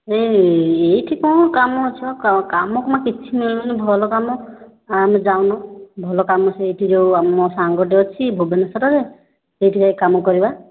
ହଁ ଏଇଠି କ'ଣ କାମ ଅଛି ମ କାମ ଫାମ କିଛି ନାହିଁ ମାନେ ଭଲ କାମ ଆମେ ଯାଉନୁ ଭଲ କାମ ସେଇଠି ଯେଉଁ ମୋ ସାଙ୍ଗଟେ ଅଛି ଭୁବନେଶ୍ୱରରେ ସେଇଠି ଯାଇକି କାମ କରିବା